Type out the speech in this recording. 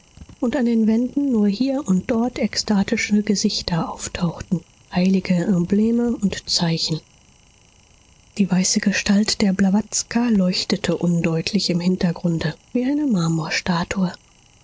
und an den wänden nur hier und dort ekstatische gesichter auftauchten heilige embleme und zeichen die weiße gestalt der blawatska leuchtete undeutlich im hintergrunde wie eine